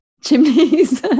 chimneys